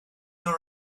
your